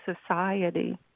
society